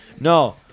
No